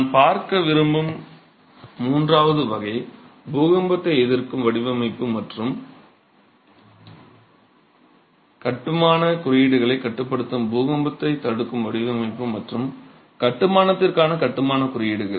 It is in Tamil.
நான் பார்க்க விரும்பும் மூன்றாவது வகை பூகம்பத்தை எதிர்க்கும் வடிவமைப்பு மற்றும் கட்டுமானக் குறியீடுகளைக் கட்டுப்படுத்தும் பூகம்பத்தைத் தடுக்கும் வடிவமைப்பு மற்றும் கட்டுமானத்திற்கான கட்டுமானக் குறியீடுகள்